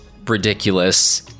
ridiculous